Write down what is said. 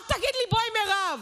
אל תגיד לי "בואי, מירב".